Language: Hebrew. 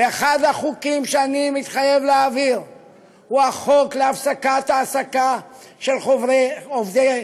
ואחד החוקים שאני מתחייב להעביר הוא החוק להפסקת העסקה של עובדי